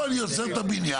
פה אני לא אעשה את הבניין,